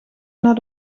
naar